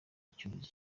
icyorezo